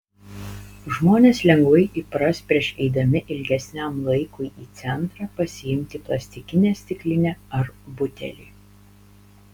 žmonės lengvai įpras prieš eidami ilgesniam laikui į centrą pasiimti plastikinę stiklinę ar butelį